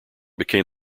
became